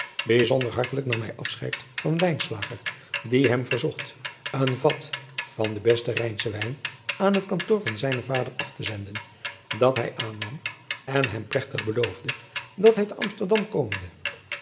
ijzonder hartelijk nam hij afscheid van die hem verzocht een vat van den besten ijnschen wijn aan het kantoor van zijnen vader af te zenden dat hij aannam en hem plegtig beloofde dat hij te msterdam komende